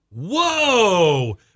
whoa